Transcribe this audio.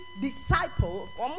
disciples